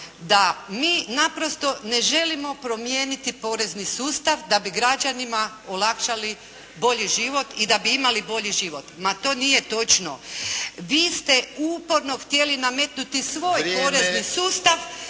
da mi naprosto ne želimo promijeniti porezni sustav da bi građanima olakšali bolji život i da bi imali bolji život. Ma to nije točno. Vi ste uporno htjeli nametnuti svoj porezni sustav,